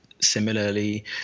Similarly